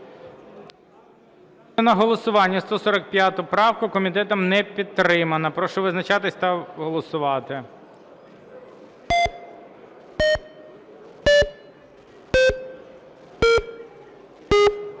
голосувати? 155 правка, комітетом не підтримана. Прошу визначатися та голосувати.